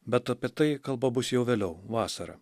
bet apie tai kalba bus jau vėliau vasarą